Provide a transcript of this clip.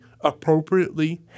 appropriately